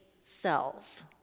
cells